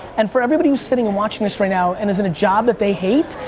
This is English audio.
and for everybody who's sitting and watching this right now, and who's in a job that they hate,